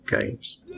games